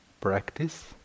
practice